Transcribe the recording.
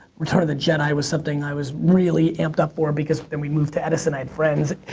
return of the jedi was something i was really amped up for because, and we moved to edison, i had friends.